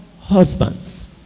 husbands